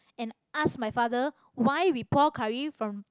and asked my father why we pour curry from